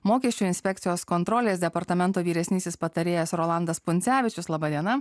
mokesčių inspekcijos kontrolės departamento vyresnysis patarėjas rolandas pundzevičius laba diena